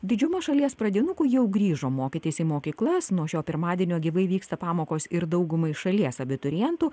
didžiuma šalies pradinukų jau grįžo mokytis į mokyklas nuo šio pirmadienio gyvai vyksta pamokos ir daugumai šalies abiturientų